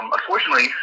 Unfortunately